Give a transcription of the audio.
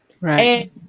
Right